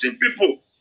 people